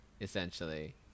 essentially